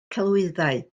celwyddau